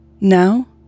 Now